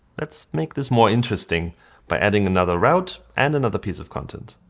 let's make this more interesting by adding another route and another piece of content.